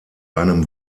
einem